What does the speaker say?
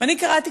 ואני קראתי,